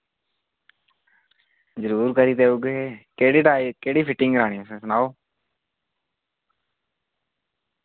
जरूर करी देऊगे केह्ड़ी केह्ड़ी फिटिंग आनी तुसें सनाओ